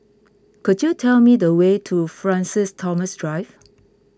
could you tell me the way to Francis Thomas Drive